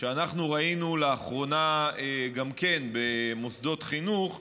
שאנחנו ראינו לאחרונה במוסדות חינוך,